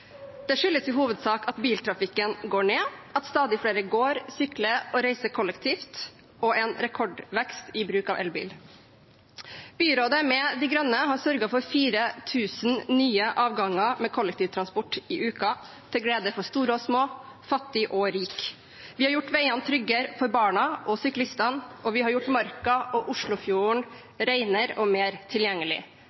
Det skyldes i hovedsak at biltrafikken går ned, at stadig flere går, sykler og reiser kollektivt, og en rekordvekst i bruk av elbil. Byrådet, med De Grønne, har sørget for 4 000 nye avganger med kollektivtransport i uka, til glede for store og små, fattige og rike. Vi har gjort veiene tryggere for barna og syklistene, og vi har gjort Marka og Oslofjorden